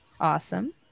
awesome